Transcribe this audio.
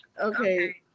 okay